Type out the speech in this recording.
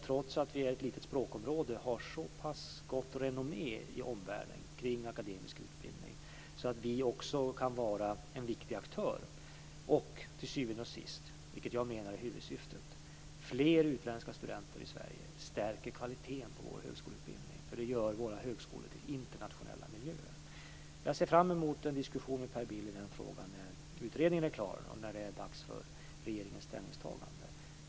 Trots att vi är ett litet språkområde har Sverige ett gott renommé i omvärlden när det gäller akademisk utbildning. Detta gör att vi också kan vara en viktig aktör. Till syvende och sist, vilket jag menar är huvudsyftet, stärker fler utländska studenter i Sverige kvaliteten på vår högskoleutbildning. Det gör våra högskolor till internationella miljöer. Jag ser fram emot en diskussion med Per Bill i den frågan när utredningen är klar och när det är dags för regeringens ställningstagande.